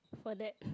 for that